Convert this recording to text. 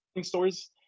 stories